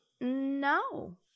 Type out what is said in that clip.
no